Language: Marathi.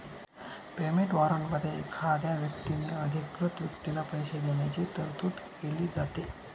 पेमेंट वॉरंटमध्ये एखाद्या व्यक्तीने अधिकृत व्यक्तीला पैसे देण्याची तरतूद केली जाते